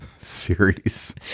series